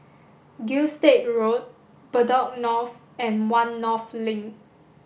Gilstead Road Bedok North and One North Link